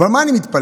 ועל מה אני מתפלא?